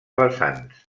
vessants